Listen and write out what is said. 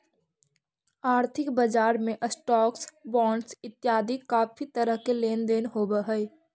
आर्थिक बजार में स्टॉक्स, बॉंडस इतियादी काफी तरह के लेन देन होव हई